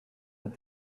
with